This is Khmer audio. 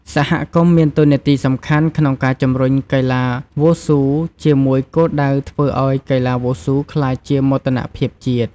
សហគមន៍មានតួនាទីសំខាន់ក្នុងការជំរុញកីឡាវ៉ូស៊ូ ជាមួយគោលដៅធ្វើឲ្យកីឡាវ៉ូស៊ូក្លាយជាមោទនភាពជាតិ។